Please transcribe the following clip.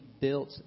built